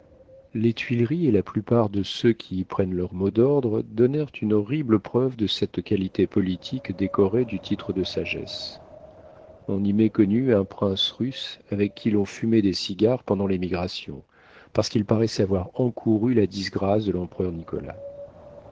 les tuileries et la plupart de ceux qui y prennent leur mot d'ordre donnèrent une horrible preuve de cette qualité politique décorée du titre de sagesse on y méconnut un prince russe avec qui l'on fumait des cigares pendant l'émigration parce qu'il paraissait avoir encouru la disgrâce de l'empereur nicolas